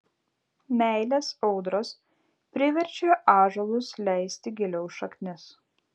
meilės audros priverčia ąžuolus leisti giliau šaknis